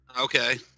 Okay